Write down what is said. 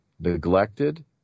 neglected